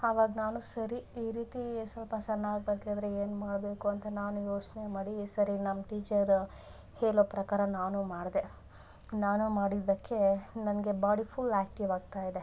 ಆವಾಗ ನಾನು ಸರಿ ಈ ರೀತಿ ಸ್ವಲ್ಪ ಸಣ್ಣ ಆಗಬೇಕಿದ್ರೆ ಏನ್ಮಾಡಬೇಕು ಅಂತ ನಾನು ಯೋಚನೆ ಮಾಡಿ ಸರಿ ನಮ್ಮ ಟೀಚರ್ ಹೇಳೋ ಪ್ರಕಾರ ನಾನು ಮಾಡಿದೆ ನಾನು ಮಾಡಿದ್ದಕ್ಕೆ ನನಗೆ ಬಾಡಿ ಫುಲ್ ಆ್ಯಕ್ಟಿವ್ ಆಗ್ತಾಯಿದೆ